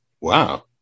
Wow